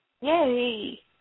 Yay